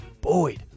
Boyd